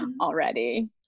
already